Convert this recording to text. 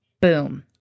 boom